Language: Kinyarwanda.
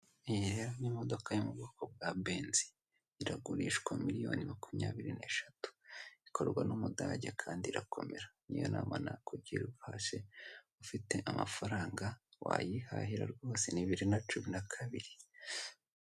Iyi rero ni imodoka yo mu bwoko bwa benzi iragurishwa miriyoni makumyabiri n'eshatu. Ikorwa n'Umudage kandi irakomera niyonama nakugira rwose ufite amafaranga wayihahira rwose ni bibiri na cumi na kabiri.